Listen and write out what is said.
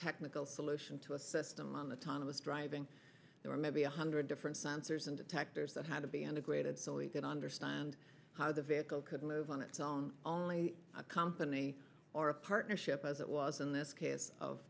technical solution to a system on the time of this driving there are maybe a hundred different sensors and detectors that had to be integrated so he could understand how the vehicle could move on its own only a company or a partnership as it was in this case of